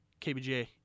KBGA